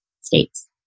states